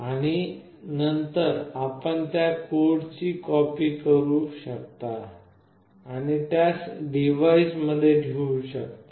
आणि नंतर आपण त्या कोड ची कॉपी करू शकता आणि त्यास डिव्हाइसमध्ये ठेवू शकता